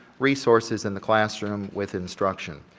resources, and the classroom with instruction,